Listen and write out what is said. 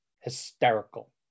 hysterical